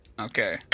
Okay